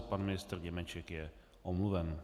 Pan ministr Němeček je omluven.